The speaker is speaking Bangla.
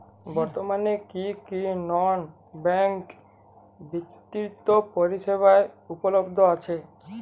বর্তমানে কী কী নন ব্যাঙ্ক বিত্তীয় পরিষেবা উপলব্ধ আছে?